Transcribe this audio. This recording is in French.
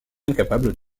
incapables